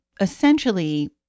Essentially